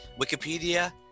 Wikipedia